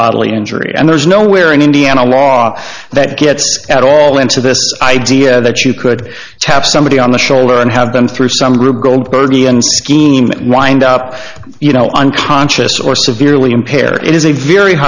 bodily injury and there's nowhere in indiana law that gets at all into this idea that you could tap somebody on the shoulder and have been through some group goldberg scheme and wind up you know unconscious or severely impaired or it is a very